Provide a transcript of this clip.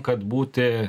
kad būti